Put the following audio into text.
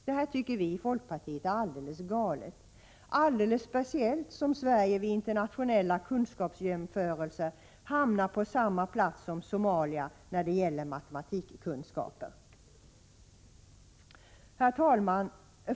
Det här tycker vi i folkpartiet är helt galet, alldeles speciellt som Sverige vid internationella kunskapsjämförelser hamnar på samma plats som Somalia när det gäller matematikkunskaper. Herr talman!